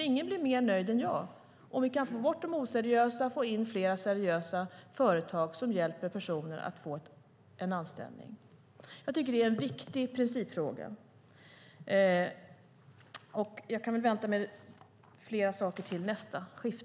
Ingen blir mer nöjd än jag om vi kan få bort de oseriösa och få in fler seriösa företag som hjälper personer att få en anställning. Jag tycker att det är en viktig principfråga. Jag väntar med fler saker till mitt nästa inlägg.